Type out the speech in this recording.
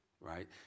right